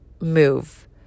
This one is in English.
move